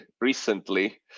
recently